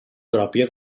pròpia